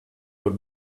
your